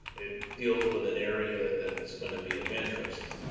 it deals with an area that's going to be of interest,